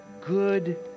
good